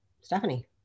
Stephanie